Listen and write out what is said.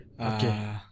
Okay